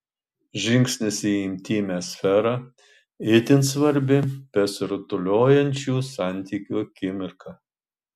žingsnis į intymią sferą itin svarbi besirutuliojančių santykių akimirka